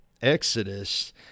Exodus